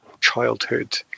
childhood